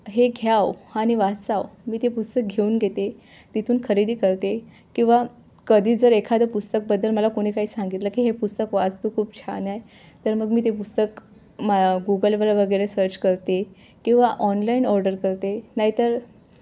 हे घ्यावं आ आणि वाचावं मी ते पुस्तक घेऊन घेते तिथून खरेदी करते किंवा कधी जर एखादं पुस्तकाबद्दल मला कोणी काही सांगितलं की हे पुस्तक वाच तू खूप छान आहे तर मग मी ते पुस्तक मा गुगलवर वगैरे सर्च करते किंवा ऑनलाईन ऑर्डर करते नाहीतर